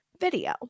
video